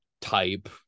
type